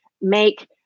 make